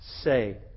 say